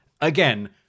Again